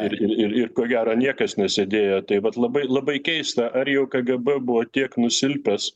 ir ir ir ko gero niekas nesėdėjo tai vat labai labai keista ar jau kgb buvo tiek nusilpęs